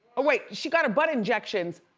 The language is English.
oh wait, she got her butt injections.